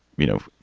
you know,